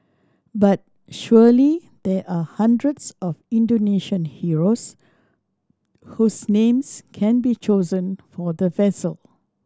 but surely there are hundreds of Indonesian heroes whose names can be chosen for the vessel